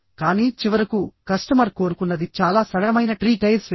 కానీ చివరకు కస్టమర్ కోరుకున్నది చాలా సరళమైన ట్రీ టైర్ స్వింగ్